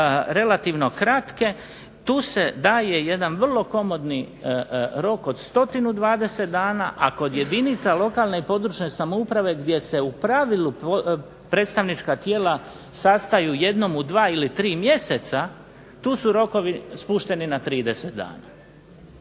relativno kratke, tu se daje jedan vrlo komodni rok od 120 dana, a kod jedinica lokalne i područne samouprave gdje se u pravilu predstavnička tijela sastaju jednom u 2 ili 3 mjeseca, tu su rokovi spušteni na 30 dana.